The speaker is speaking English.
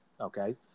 Okay